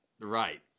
Right